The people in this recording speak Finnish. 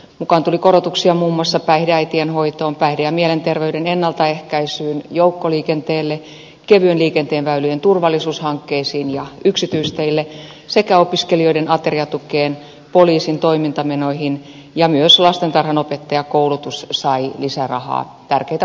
mukaan tuli korotuksia muun muassa päihdeäitien hoitoon päihde ja mielenterveyden ennaltaehkäisyyn joukkoliikenteelle kevyen liikenteen väylien turvallisuushankkeisiin ja yksityisteille sekä opiskelijoiden ateriatukeen ja poliisin toimintamenoihin ja myös lastentarhanopettajakoulutus sai lisärahaa tärkeitä kohteita kaikki